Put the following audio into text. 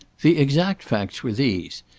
the exact facts were these.